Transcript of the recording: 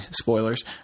spoilers